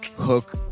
hook